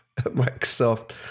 Microsoft